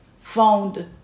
found